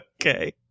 Okay